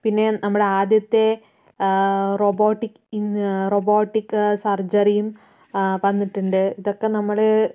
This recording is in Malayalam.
പിന്നെ നമ്മളെ ആദ്യത്തെ റോബോട്ടിക് റോബോട്ടിക് സർജറിയും വന്നിട്ടുണ്ട് ഇതൊക്കെ നമ്മൾ